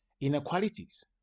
inequalities